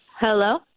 Hello